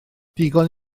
digon